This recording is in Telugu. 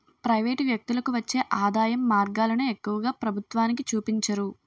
ప్రైవేటు వ్యక్తులకు వచ్చే ఆదాయం మార్గాలను ఎక్కువగా ప్రభుత్వానికి చూపించరు